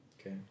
Okay